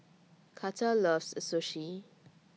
Karter loves Sushi